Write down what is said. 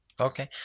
Okay